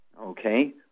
Okay